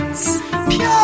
Pure